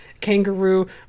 kangaroo